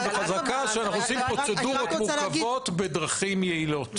חזקה שאנחנו עושים פרוצדורות מורכבות בדרכים יעילות.